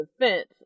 defense